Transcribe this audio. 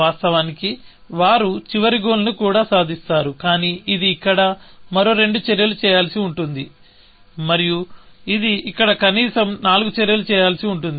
వాస్తవానికి వారు చివరికి గోల్ ని కూడా సాధిస్తారు కానీ ఇది ఇక్కడ మరో రెండు చర్యలు చేయాల్సి ఉంటుంది మరియు ఇది ఇక్కడ కనీసం నాలుగు చర్యలు చేయాల్సి ఉంటుంది